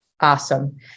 awesome